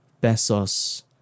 pesos